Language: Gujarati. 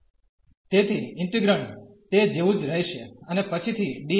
તેથી ઇન્ટિગ્રેંડ તે જેવું જ રહેશે અને પછીથી dx સાથે